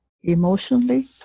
emotionally